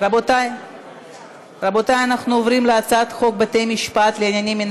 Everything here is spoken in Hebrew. אין מתנגדים, אין